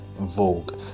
vogue